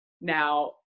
Now